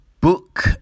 book